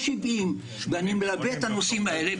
אני מלווה את הנושאים האלה.